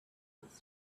must